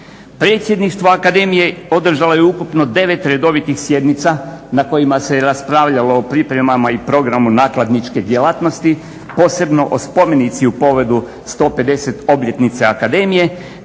Predsjedništvo Akademije održalo je ukupno 9 redovitih sjednica na kojima se raspravljalo o pripremama i programu nakladničke djelatnosti posebno o spomenici u povodu 150 obljetnice Akademije,